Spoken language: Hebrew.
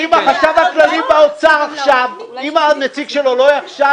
אם החשב הכללי באוצר עכשיו, אם הנציג שלו לא יתחשב